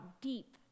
deep